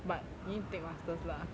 but you need take masters lah